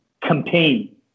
campaign